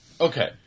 Okay